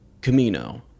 Camino